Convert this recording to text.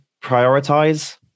prioritize